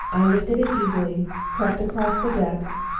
i lifted it easily crept across the deck,